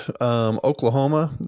Oklahoma